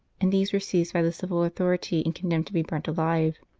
and these were seized by the civil authority and condemned to be burnt alive.